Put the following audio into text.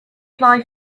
fly